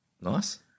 Nice